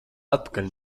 atpakaļ